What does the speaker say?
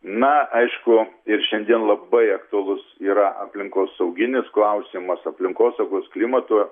na aišku ir šiandien labai aktualus yra aplinkosauginis klausimas aplinkosaugos klimato